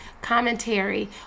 commentary